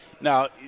now